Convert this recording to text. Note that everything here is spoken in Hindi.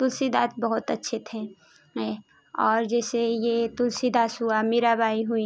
तुलसीदास बहुत अच्छे थे हैं और जैसे ये तुलसीदास हुआ मीराबाई हुई